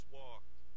walked